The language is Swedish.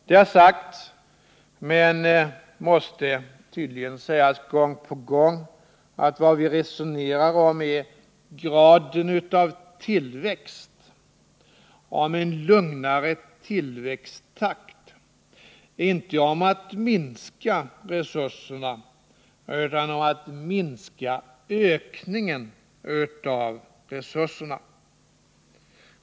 Det har sagts tidigare, men måste tydligen sägas gång på gång, att vad vi resonerar om är graden av tillväxt, en lugnare tillväxttakt, inte om att minska resurserna utan att minska ökningen av resurserna.